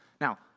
Now